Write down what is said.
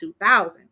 2000